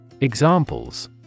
Examples